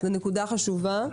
זאת נקודה חשובה.